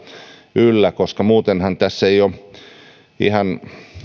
yllä koska muutenhan tässä ei ole ihan